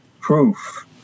proof